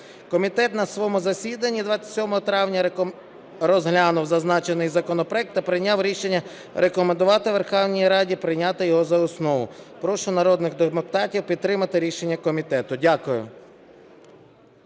Комітет на своєму засіданні 27 травня розглянув зазначений законопроект та прийняв рішення рекомендувати Верховній Раді прийняти його за основу. Прошу народних депутатів підтримати рішення комітету. Дякую.